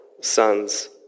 sons